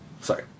Sorry